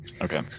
Okay